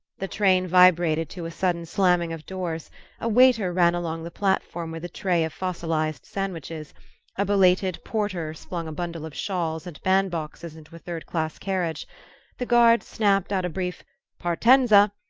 the train vibrated to a sudden slamming of doors a waiter ran along the platform with a tray of fossilized sandwiches a belated porter flung a bundle of shawls and band-boxes into a third-class carriage the guard snapped out a brief partensa!